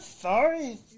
sorry